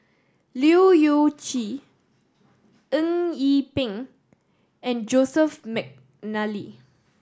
Leu Yew Chye Eng Yee Peng and Joseph McNally